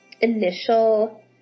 initial